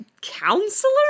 counselor